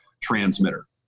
transmitter